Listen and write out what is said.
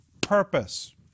purpose